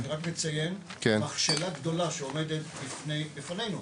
אני רק מציין מכשלה גדולה שעומדת בפנינו.